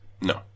No